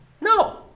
No